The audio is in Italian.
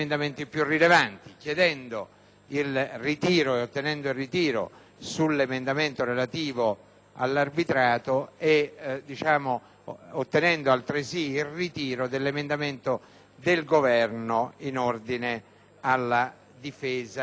ottenendo il ritiro dell'emendamento relativo all'arbitrato e ottenendo altresì il ritiro dell'emendamento del Governo in ordine alla società